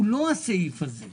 הוא לא הסעיף הזה,